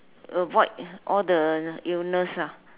avoid all the illness ah